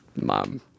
Mom